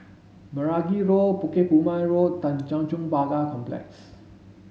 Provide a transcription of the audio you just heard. Meragi Road Bukit Purmei Road Tanjong Pagar Complex